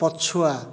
ପଛୁଆ